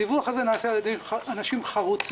הדיווח הזה נעשה על ידי אנשים חרוצים,